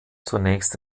zunächst